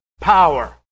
power